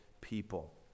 people